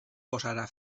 posarà